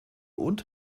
und